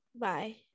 Bye